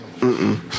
Mm-mm